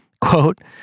quote